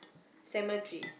cemetery